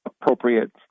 appropriate